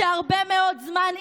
שהרבה מאוד זמן,